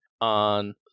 on